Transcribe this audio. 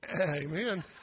Amen